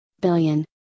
billion